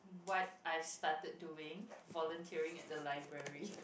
what I've started doing volunteering at the library